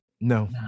no